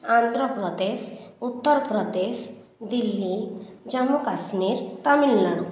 Andhra Pradesh Uttar Pradesh Delhi Jammu Kashmir Tamil Nadu